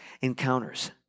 encounters